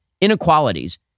inequalities